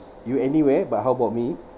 you anywhere but how about me